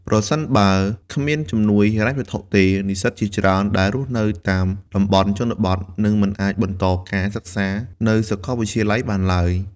ប្រសិនបើគ្មានជំនួយហិរញ្ញវត្ថុទេ និស្សិតជាច្រើនដែលរស់នៅតាមតំបន់ជនបទនឹងមិនអាចបន្តការសិក្សានៅសាកលវិទ្យាល័យបានឡើយ។